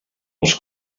als